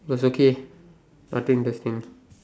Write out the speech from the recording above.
so so case nothing interesting